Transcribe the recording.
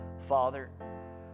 Father